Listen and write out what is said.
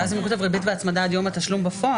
ואז אם הוא כותב ריבית והצמדה עד יום התשלום בפועל,